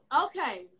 Okay